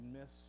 miss